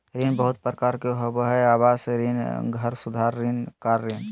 ऋण बहुत प्रकार के होबा हइ आवास ऋण, घर सुधार ऋण, कार ऋण